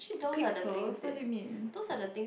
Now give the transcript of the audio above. pixels what do you mean